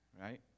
right